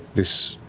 this.